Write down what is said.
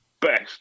best